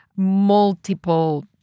multiple